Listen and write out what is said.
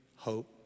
Hope